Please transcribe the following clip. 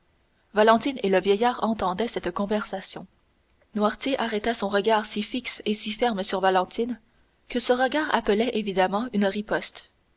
valentine et le vieillard entendaient cette conversation noirtier arrêta son regard si fixe et si ferme sur valentine que ce regard appelait évidemment une riposte